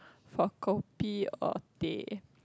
for kopi or teh